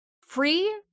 free